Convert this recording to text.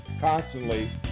constantly